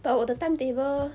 but 我的 timetable